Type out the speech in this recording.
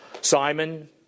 Simon